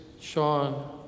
Sean